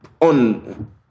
on